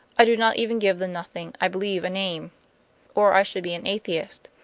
i do not even give the nothing i believe a name or i should be an atheist.